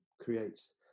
creates